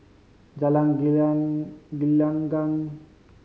Jalan Gelenggang